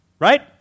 Right